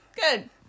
Good